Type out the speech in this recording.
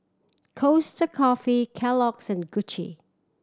Costa Coffee Kellogg's and Gucci